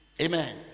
Amen